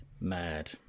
Mad